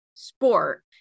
Sport